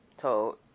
told